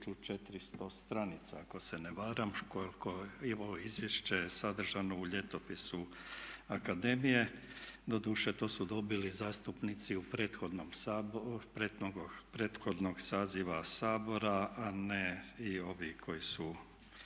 1400 stranica ako se ne varam koliko je ovo izvješće sadržano u ljetopisu akademije. Doduše to su dobili zastupnici prethodnog saziva Sabora a ne i ovi koji su,